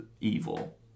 evil